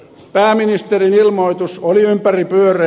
pääministerin ilmoitus oli ympäripyöreä